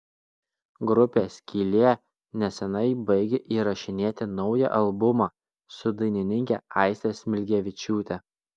grupė skylė neseniai baigė įrašinėti naują albumą su dainininke aiste smilgevičiūte